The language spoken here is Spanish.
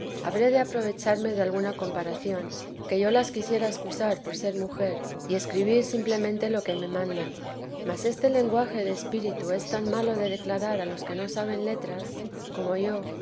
habré de aprovecharme de alguna comparación que yo las quisiera excusar por ser mujer y escribir simplemente lo que me mandan mas este lenguaje de espíritu es tan malo de declarar a los que no saben letras como yo